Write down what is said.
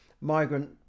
migrant